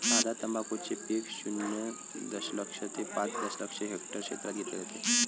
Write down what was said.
भारतात तंबाखूचे पीक शून्य दशलक्ष ते पाच दशलक्ष हेक्टर क्षेत्रात घेतले जाते